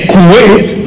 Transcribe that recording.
Kuwait